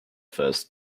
first